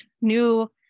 new